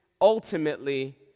ultimately